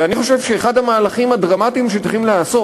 ואני חושב שאחד המהלכים הדרמטיים שצריכים לעשות